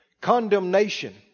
Condemnation